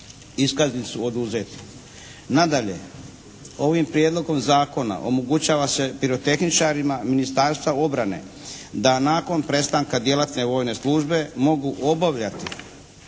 iskaznicu oduzeti. Nadalje ovim Prijedlogom zakona omogućava se pirotehničarima Ministarstva obrane da nakon prestanka djelatne vojne službe mogu obavljati